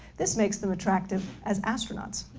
this makes them attractive as astronauts.